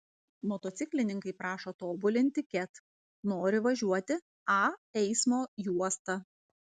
motociklininkai prašo tobulinti ket nori važiuoti a eismo juosta